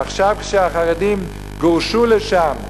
עכשיו, כשהחרדים גורשו לשם מירושלים,